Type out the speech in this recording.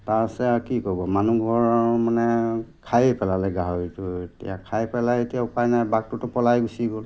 তাৰপাছতে আৰু কি ক'ব মানুহঘৰ মানে খায়েই পেলালে গাহৰিটো এতিয়া খাই পেলাই এতিয়া উপায় নাই বাঘটোতো পলাই গুচি গ'ল